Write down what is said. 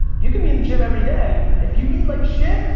you can be in the gym every day, if you eat like shit,